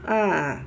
ah